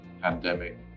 pandemic